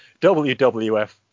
WWF